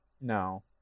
No